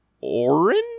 orange